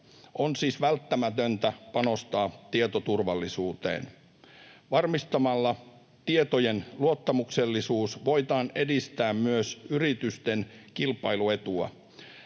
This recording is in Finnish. On siis välttämätöntä panostaa tietoturvallisuuteen. Varmistamalla tietojen luottamuksellisuus voidaan edistää myös yritysten kilpailuetua.